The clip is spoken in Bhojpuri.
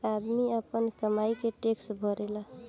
आदमी आपन कमाई के टैक्स भरेला